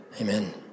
Amen